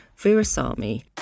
Virasamy